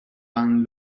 van